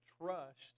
trust